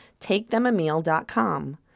takethemameal.com